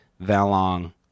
Valong